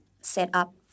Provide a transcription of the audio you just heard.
setup